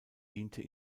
diente